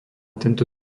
tento